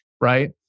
right